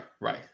Right